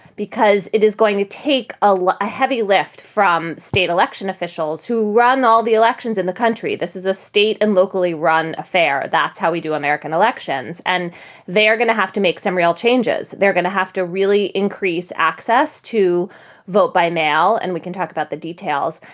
because it is going to take a like a heavy lift from state election officials who run all the elections in the country. this is a state and locally run affair. that's how we do american elections. and they are going to have to make some real changes. they're going to have to really increase access to vote by mail. and we can talk about the details.